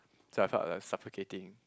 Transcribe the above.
so I felt like suffocating